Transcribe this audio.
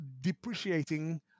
depreciating